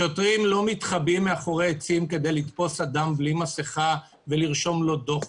שוטרים לא מתחבאים מאחורי עצים כדי לתפוס אדם בלי מסכה ולרשום לו דוח.